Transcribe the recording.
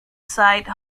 site